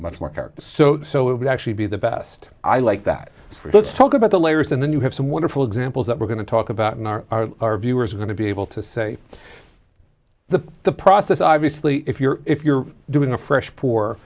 character so so it would actually be the best i like that let's talk about the layers and then you have some wonderful examples that we're going to talk about in our our viewers are going to be able to say the the process obviously if you're if you're doing a fresh poor